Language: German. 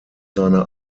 seine